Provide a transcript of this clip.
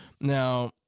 Now